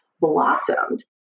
blossomed